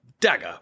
Dagger